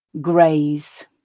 Graze